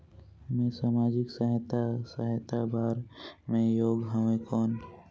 मैं समाजिक सहायता सहायता बार मैं योग हवं कौन?